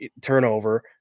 turnover